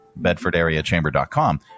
bedfordareachamber.com